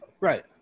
Right